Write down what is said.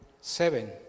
seven